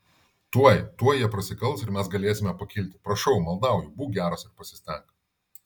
tuoj tuoj jie prasikals ir mes galėsime pakilti prašau maldauju būk geras ir pasistenk